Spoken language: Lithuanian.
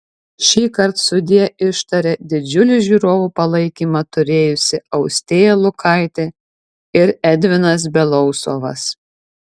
šįkart sudie ištarė didžiulį žiūrovų palaikymą turėjusi austėja lukaitė ir edvinas belousovas